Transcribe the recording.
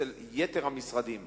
לכן כולם מגויסים, כולם מתגייסים.